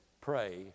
pray